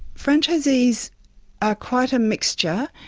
franchisees are quite a mixture.